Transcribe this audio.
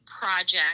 project